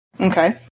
Okay